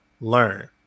learn